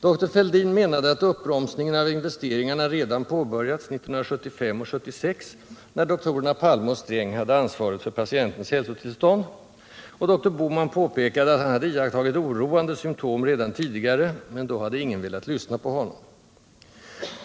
Doktor Fälldin menade att uppbromsningen av investeringarna redan påbörjats 1975 och 1976, när doktorerna Palme och Sträng hade ansvaret för patientens hälsotillstånd, och doktor Bohman påpekade att han hade iakttagit oroande symptom redan tidigare, men då hade ingen velat lyssna på honom.